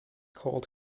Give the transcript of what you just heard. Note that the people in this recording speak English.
cold